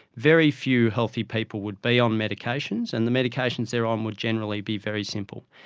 very few healthy people would be on medications, and the medications they are on would generally be very simple.